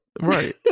right